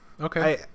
Okay